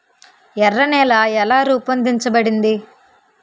ఎర్ర నేల ఎలా రూపొందించబడింది?